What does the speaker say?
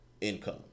income